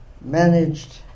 managed